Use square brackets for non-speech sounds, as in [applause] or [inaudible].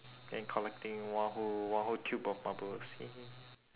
and collecting one whole one whole tube of marbles [noise]